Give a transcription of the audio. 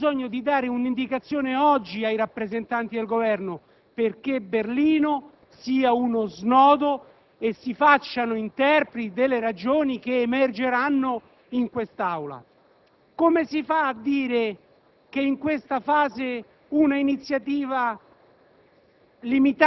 D'Andrea - che, dopo Berlino, potremo discutere in sede parlamentare? Abbiamo bisogno di dare oggi un'indicazione ai rappresentanti del Governo, perché Berlino sia uno snodo in cui essi possano farsi interpreti delle ragioni che emergeranno in quest'Aula.